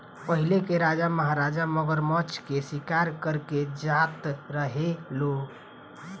पहिले के राजा महाराजा मगरमच्छ के शिकार करे जात रहे लो